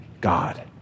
God